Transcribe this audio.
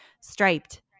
striped